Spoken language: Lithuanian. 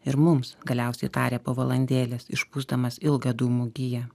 ir mums galiausiai tarė po valandėlės išpūsdamas ilgą dūmų giją